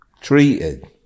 treated